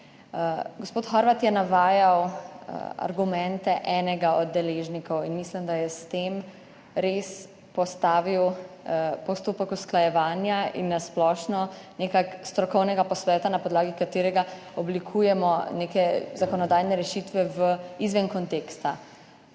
Gospod Horvat je navajal argumente enega od deležnikov in mislim, da je s tem res postavil postopek usklajevanja in na splošno strokovnega posveta, na podlagi katerega oblikujemo neke zakonodajne rešitve, izven konteksta.